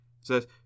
Says